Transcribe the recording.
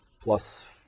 plus